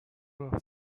راه